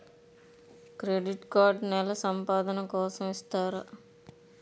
Credit card నెల సంపాదన కోసం ఇస్తారా?